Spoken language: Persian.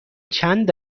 چند